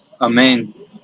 Amen